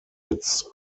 its